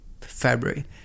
February